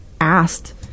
asked